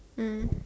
mm